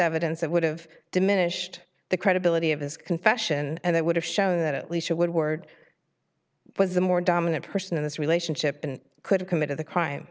evidence that would have diminished the credibility of his confession and it would have shown that at least woodward was the more dominant person in this relationship and could have committed the crime